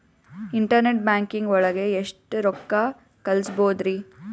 Internet banking ಒಳಗೆ ಎಷ್ಟ್ ರೊಕ್ಕ ಕಲ್ಸ್ಬೋದ್ ರಿ?